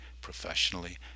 professionally